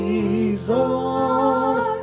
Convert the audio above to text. Jesus